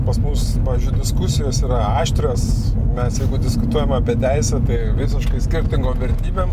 pas mus pavyzdžiui diskusijos yra aštrios mes jeigu diskutuojam apie teisę visiškai skirtingom vertybėm